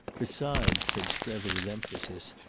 besides, said strether with emphasis,